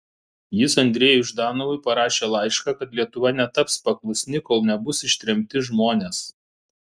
jis andrejui ždanovui parašė laišką kad lietuva netaps paklusni kol nebus ištremti žmonės